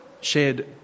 shared